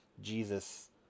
Jesus